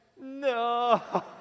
no